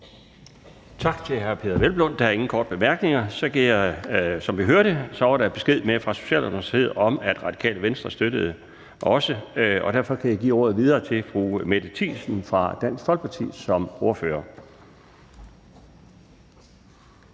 Tak til hr. Peder Hvelplund. Der er ingen korte bemærkninger, og som vi hørte det, var der besked med fra Socialdemokratiet om, at Radikale Venstre også støttede forslaget. Derfor kan jeg give ordet videre til fru Mette Thiesen fra Dansk Folkeparti som ordfører.